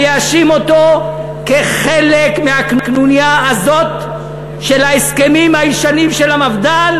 אני אאשים אותו כחלק מהקנוניה הזאת של ההסכמים הישנים של המפד"ל,